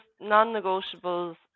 non-negotiables